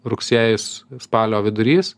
rugsėjis spalio vidurys